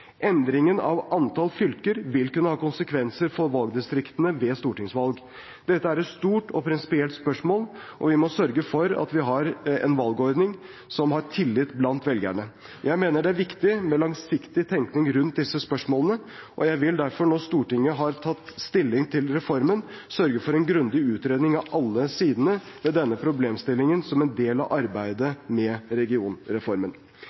av antall fylker vil kunne ha konsekvenser for valgdistriktene ved stortingsvalg. Dette er et stort og prinsipielt spørsmål, og vi må sørge for at vi har en valgordning som har tillit blant velgerne. Jeg mener det er viktig med langsiktig tenkning rundt disse spørsmålene. Jeg vil derfor, når Stortinget har tatt stilling til reformen, sørge for en grundig utredning av alle sider ved denne problemstillingen som en del av arbeidet med regionreformen.